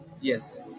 yes